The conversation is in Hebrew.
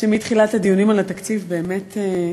שמתחילת הדיונים על התקציב, באמת,